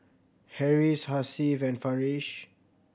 Harris Hasif and Farish